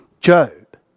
Job